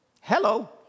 Hello